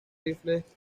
rifles